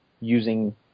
using